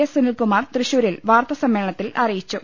S Sunilkumar തൃശൂരിൽ വാർത്താ സമ്മേളനത്തിൽ അറിയിച്ചു